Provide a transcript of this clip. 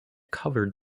covered